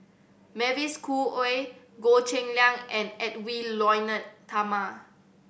Mavis Khoo Oei Goh Cheng Liang and Edwy Lyonet Talma